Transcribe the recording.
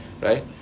Right